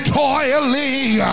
toiling